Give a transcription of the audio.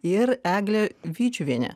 ir eglė vyčiuvienė